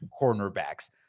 cornerbacks